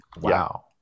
Wow